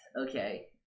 okay